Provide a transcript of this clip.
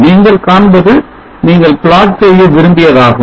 நீங்கள் காண்பது நீங்க plot செய்ய விரும்பிய தாகும்